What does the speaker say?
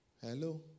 Hello